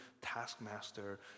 taskmaster